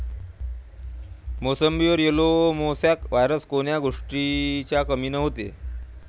मोसंबीवर yellow mosaic virus कोन्या गोष्टीच्या कमीनं होते?